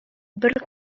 бер